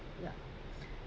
yup